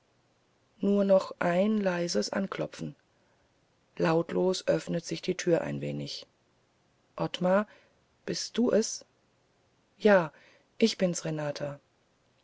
nur noch ein leises anklopfen lautlos öffnet sich die tür ein wenig ottmar bist du es ja ich bin's renata